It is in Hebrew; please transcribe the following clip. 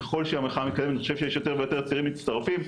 ככל שהמחאה מתקדמת אני חושב שיש יותר ויותר צעירים מצטרפים,